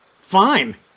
Fine